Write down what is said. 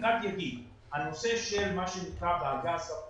אני רק אגיד שהנושא של מה שנקרא בעגה הספרותית,